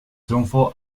triunfo